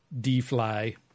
D-fly